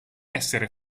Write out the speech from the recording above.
essere